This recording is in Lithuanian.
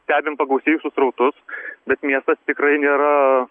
stebim pagausėjusius srautus bet miestas tikrai nėra